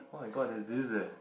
[oh]-my-god there's this eh